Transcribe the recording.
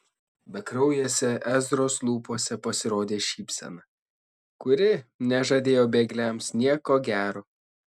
bekraujėse ezros lūpose pasirodė šypsena kuri nežadėjo bėgliams nieko gero